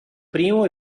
primo